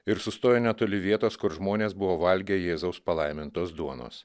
ir sustojo netoli vietos kur žmonės buvo valgę jėzaus palaimintos duonos